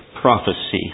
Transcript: Prophecy